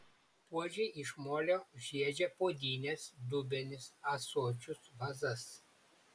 puodžiai iš molio žiedžia puodynes dubenis ąsočius vazas